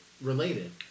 related